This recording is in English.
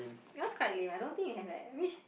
because quite lame I don't think you have eh which